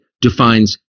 defines